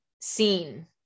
seen